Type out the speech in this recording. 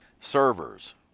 servers